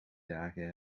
dagen